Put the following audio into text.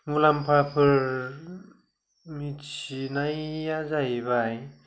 मुलाम्फाफोर मिथिनाया जाहैबाय